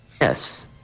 yes